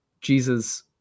Jesus